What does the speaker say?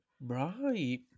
right